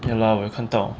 never mind 我有看到